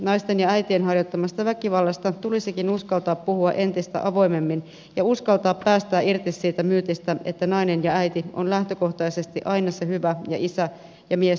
naisten ja äitien harjoittamasta väkivallasta tulisikin uskaltaa puhua entistä avoimemmin ja uskaltaa päästää irti siitä myytistä että nainen ja äiti on lähtökohtaisesti aina se hyvä ja isä ja mies niin sanotusti paha